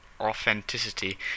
authenticity